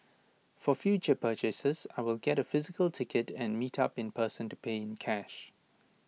for future purchases I will get A physical ticket and meet up in person to pay in cash